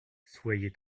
soyez